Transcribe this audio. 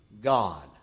God